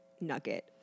nugget